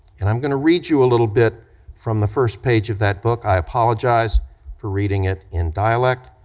and i'm gonna read you a little bit from the first page of that book, i apologize for reading it in dialect,